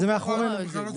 זה מאחורינו.